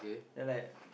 then like